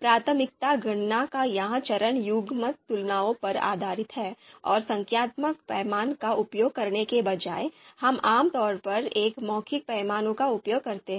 प्राथमिकता गणना का यह चरण युग्मक तुलनाओं पर आधारित है और संख्यात्मक पैमाने का उपयोग करने के बजाय हम आम तौर पर एक मौखिक पैमाने का उपयोग करते हैं